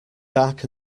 dark